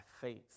faith